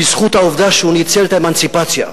בזכות העובדה שהוא ניצל את האמנציפציה,